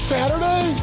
Saturday